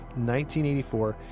1984